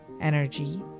energy